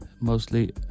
mostly